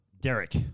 Derek